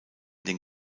den